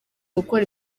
gukora